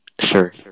Sure